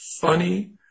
funny